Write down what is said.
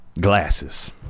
Glasses